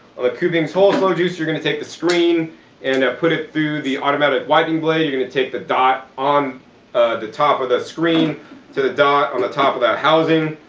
on the kuvings whole slow juicer, you're gonna take the screen and put it through the automatic wiping blade. you're gonna take the dot on the top of the screen to the dot on the top of the housing,